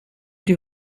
die